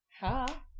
ha